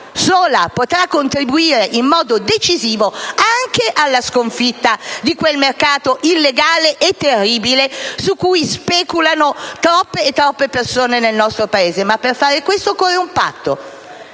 sola potrà contribuire in modo decisivo anche alla sconfitta di quel mercato illegale e terribile su cui speculano troppe persone nel nostro Paese. Per fare questo però occorre un patto